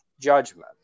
judgment